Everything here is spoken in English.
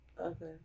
Okay